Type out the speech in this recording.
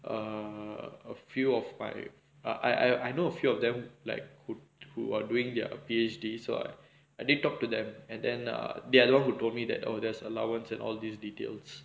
err a few of my I I know a few of them like who who are doing their P_H_D so I I didn't talk to them and then err they are the [one] who told me that oh that's allowance and all these details